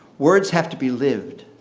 words have to be lived.